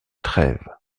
trèves